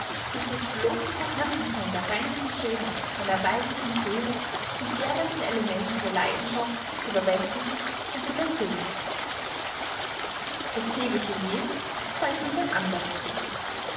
durch das bloße vorhandensein der reinsten schönheit einer weiblichen seele die gährenden elemente der leidenschaft zu überwältigen und zu versöhnen das tägliche leben zeigt uns ein anderes bild